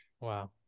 wow